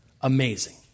Amazing